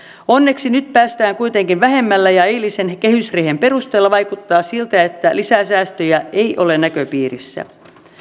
onneksi nyt päästään kuitenkin vähemmällä ja eilisen kehysriihen perusteella vaikuttaa siltä että lisäsäästöjä ei ole näköpiirissä